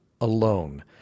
alone